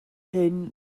hyn